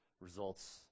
results